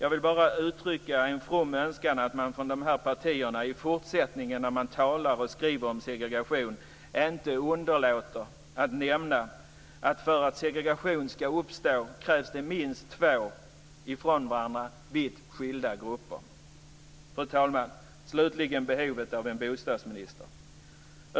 Jag vill uttrycka en from önskan att i fortsättningen när dessa partier talar och skriver om segregation inte underlåter att nämna att för att segregation ska uppstå krävs det minst två ifrån varandra vitt skilda grupper. Fru talman! Slutligen kommer jag till frågan om behovet av en bostadsminister.